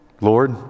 Lord